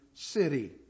City